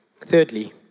Thirdly